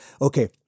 Okay